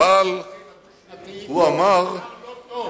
משום שהתקציב הדו-שנתי הוא דבר לא טוב.